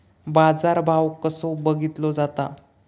बाजार भाव कसो बघीतलो जाता?